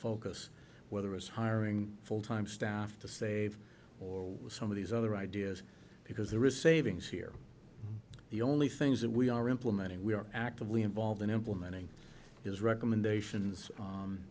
focus whether it's hiring full time staff to save or with some of these other ideas because there is savings here the only things that we are implementing we are actively involved in implementing his recommendations